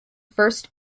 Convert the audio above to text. first